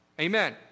Amen